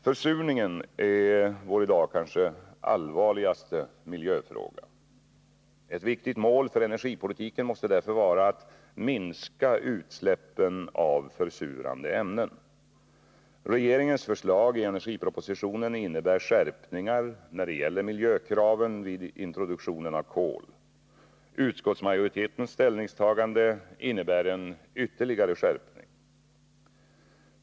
Försurningen är kanske vår i dag allvarligaste miljöfråga. Ett viktigt mål för energipolitiken måste därför vara att minska utsläppen av försurande ämnen. Regeringens förslag i energipropositionen innebär skärpningar när det gäller miljökraven vid introduktionen av kol. Utskottsmajoritetens ställningstagande innebär en ytterligare skärpning.